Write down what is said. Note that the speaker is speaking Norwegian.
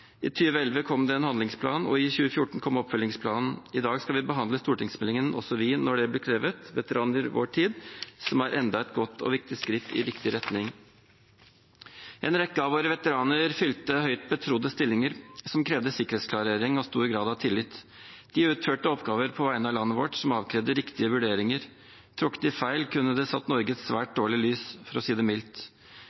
I 2011 kom det en handlingsplan, og i 2014 kom oppfølgingsplanen. I dag skal vi behandle stortingsmeldingen Også vi når det blir krevet – Veteraner i vår tid, som er enda et godt og viktig skritt i riktig retning. En rekke av våre veteraner fylte høyt betrodde stillinger som krevde sikkerhetsklarering og stor grad av tillit. De utførte oppgaver på vegne av landet vårt som avkrevde riktige vurderinger. Tok de feil, kunne det satt Norge i et svært